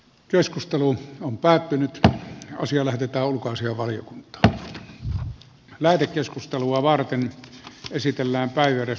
keskustelu on päättynyt ja asia lähetetään ulkoasiainvaliokuntaan lähetekeskustelua varten esitellään pohjalla